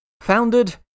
founded